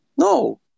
No